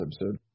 episode